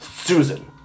Susan